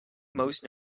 most